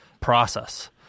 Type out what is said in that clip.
process